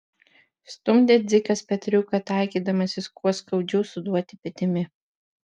stumdė dzikas petriuką taikydamasis kuo skaudžiau suduoti petimi